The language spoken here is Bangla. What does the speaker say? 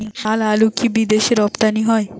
লালআলু কি বিদেশে রপ্তানি হয়?